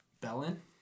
Bellin